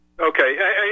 Okay